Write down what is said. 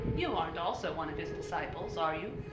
you aren't also one of his disciples, are you?